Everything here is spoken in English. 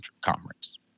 conference